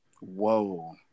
Whoa